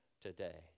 today